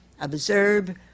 observe